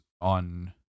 on